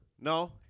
no